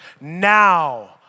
Now